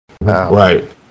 Right